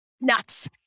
nuts